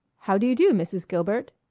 how do you do, mrs. gilbert!